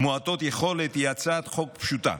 מעוטות יכולת היא הצעת חוק פשוטה.